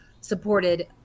supported